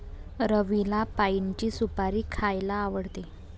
रवीला पाइनची सुपारी खायला आवडते